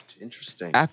Interesting